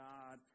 God